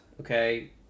okay